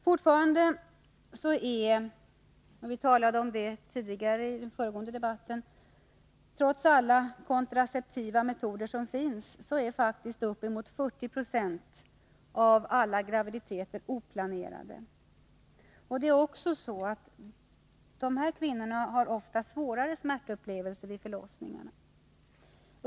Fortfarande är — och vi har talat om detta tidigare i dag — trots alla de kontraceptiva metoder som finns, uppemot 40 96 av alla graviditeter oplanerade, och dessa kvinnor har ofta svårare smärtupplevelser vid förlossningarna.